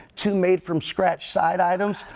two made from scratch side items,